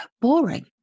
boring